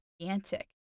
gigantic